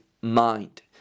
mind